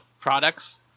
products